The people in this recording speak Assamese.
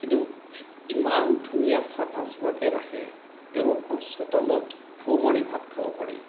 কিন্তু ইমান ধুনীয়া চাফা চাফাকে ৰাখে তেওঁলোকৰ চোতালত ফু মাৰি ভাত খাব পাৰি